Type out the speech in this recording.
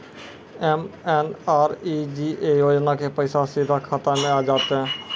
MNREGA योजना के पैसा सीधा खाता मे आ जाते?